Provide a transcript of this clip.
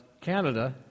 Canada